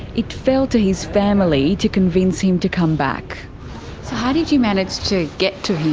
it fell to his family to convince him to come back. so how did you manage to get to him,